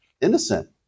innocent